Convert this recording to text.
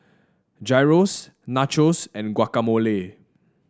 Gyros Nachos and Guacamole